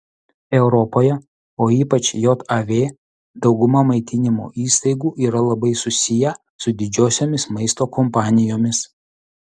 europoje o ypač jav dauguma maitinimo įstaigų yra labai susiję su didžiosiomis maisto kompanijomis